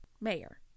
mayor